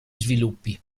sviluppi